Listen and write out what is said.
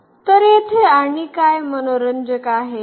तर येथे आणि काय मनोरंजक आहे